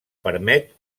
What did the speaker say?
permet